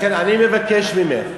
לכן אני מבקש ממך,